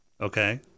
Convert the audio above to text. Okay